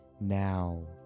now